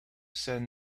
sent